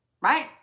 right